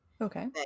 Okay